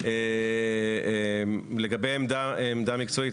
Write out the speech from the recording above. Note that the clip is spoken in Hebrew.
לגבי עמדה מקצועית,